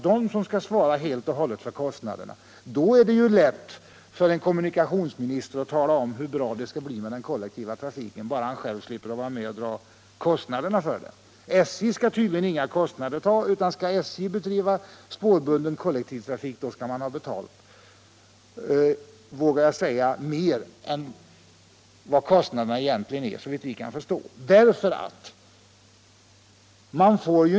Det är ju lätt för en kommunikationsminister att tala om hur bra det skall bli med den kollektiva trafiken, om han själv slipper vara med och betala kostnaderna för den. SJ skall tydligen inte ha några kostnader — skall SJ bedriva spårbunden kollektivtrafik skall man ha mer betalt för det än vad kostnaderna uppgår till, såvitt vi förstår.